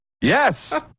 Yes